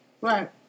Right